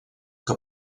que